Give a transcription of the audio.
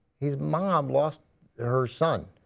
his mom lost her son.